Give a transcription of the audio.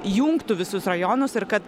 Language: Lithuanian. jungtų visus rajonus ir kad